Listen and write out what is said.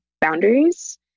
boundaries